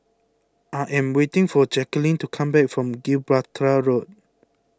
I am waiting for Jacalyn to come back from Gibraltar Road